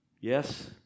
Yes